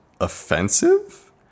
offensive